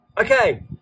Okay